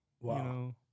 Wow